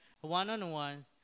one-on-one